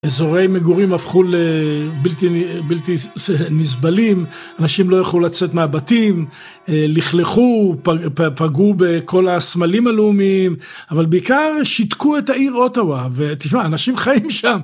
אזורי מגורים הפכו לבלתי נסבלים, אנשים לא יכולו לצאת מהבתים, לכלכו, פגעו בכל הסמלים הלאומיים, אבל בעיקר שיתקו את העיר אוטווה, ותשמע, אנשים חיים שם.